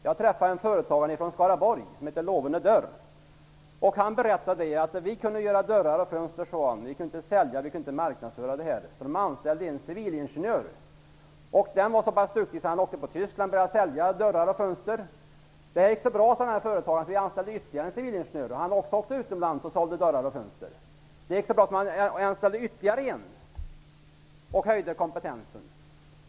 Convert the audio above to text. Jag träffade en företagare från Lovene Dörr i Skaraborg, och han berättade att man där gjorde dörrar och fönster men att man inte kunde sälja eller marknadsföra sig. Man anställde då en civilingenjör, och han var så pass duktig att han åkte till Tyskland och började sälja dörrar och fönster. Det gick så bra att man anställde ytterligare en civilingenjör, som också åkte utomlands och sålde dörrar och fönster. Det gick ännu bättre, och man anställde ytterligare en. Därmed höjde man kompetensen.